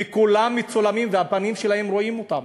וכולם מצולמים, והפנים שלהם, רואים אותן.